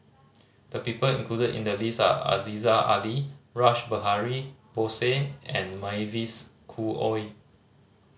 the people included in the list are Aziza Ali Rash Behari Bose and Mavis Khoo Oei